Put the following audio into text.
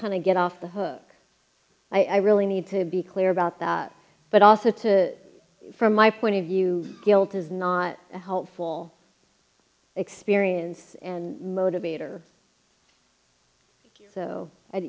kind of get off the hook i really need to be clear about that but also to from my point of view guilt is not a helpful experience and motivator so